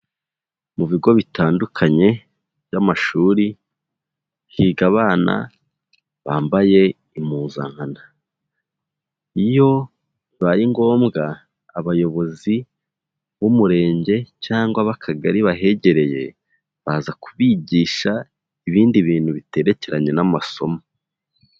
Mu bigo bitandukanye by'amashuri higa abana bambaye impuzankano. Iyo bibaye ngombwa abayobozi b'Umurenge cyangwa b'Akagari bahegereye, baza kubigisha ibindi bintu biterekeranye n'amasomo.